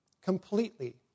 completely